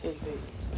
eh eh